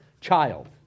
child